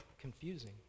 confusing